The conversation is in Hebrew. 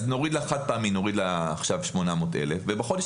אז נוריד לה חד פעמי עכשיו 800,000 ובחודש